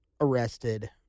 arrested